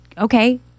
okay